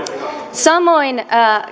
samoin